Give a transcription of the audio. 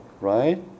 right